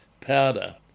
powder